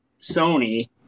sony